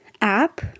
app